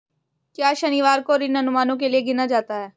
क्या शनिवार को ऋण अनुमानों के लिए गिना जाता है?